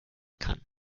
kann